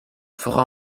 fera